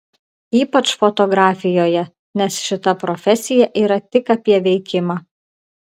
ypač fotografijoje nes šita profesija yra tik apie veikimą